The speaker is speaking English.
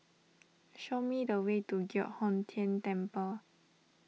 show me the way to Giok Hong Tian Temple